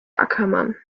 ackermann